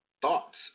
thoughts